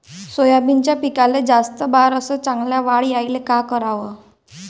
सोयाबीनच्या पिकाले जास्त बार अस चांगल्या वाढ यायले का कराव?